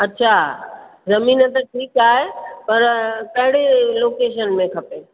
अच्छा ज़मीन त ठीकु आहे पर कहिड़े लोकेशन में खपे